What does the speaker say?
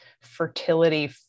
fertility